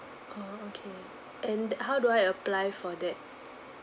oh okay and how do I apply for that